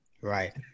Right